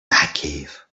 batcave